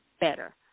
better